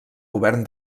govern